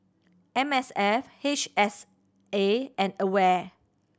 M S F H S A and AWARE